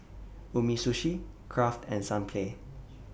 Umisushi Kraft and Sunplay